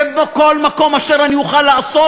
ובכל מקום שאני אוכל לעשות,